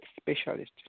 specialist